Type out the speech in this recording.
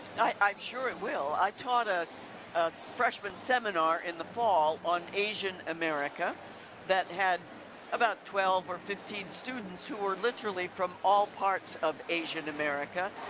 i'm sure it will. i taught a freshman seminar in the fall on asian america that had about twelve or fifteen students who were literally from all parts of asian america.